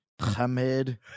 Hamid